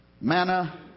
manna